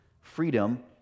Freedom